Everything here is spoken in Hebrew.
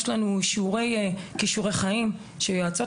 יש לנו שיעורי כישורי חיים שיועצות